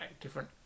different